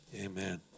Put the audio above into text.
Amen